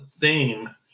theme